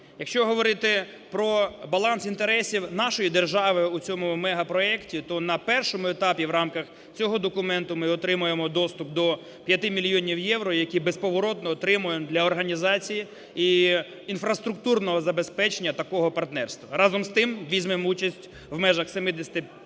Якщо говорити про баланс інтересів нашої держави у цьому мегапроекті, то на першому етапі в рамках цього документи ми отримаємо доступ до 5 мільйонів євро, які безповоротно отримаємо для організації і інфраструктурного забезпечення такого партнерства. Разом з тим візьмемо участь в межах 750